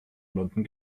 london